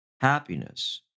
happiness